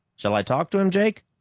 shall i talk to him, jake?